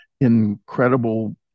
incredible